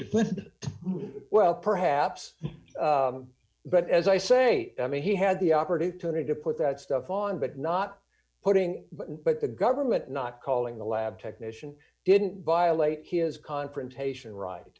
diplomat well perhaps but as i say i mean he had the opportunity to put that stuff on but not putting but the government not calling the lab technician didn't violate his confrontation right